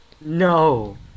No